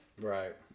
Right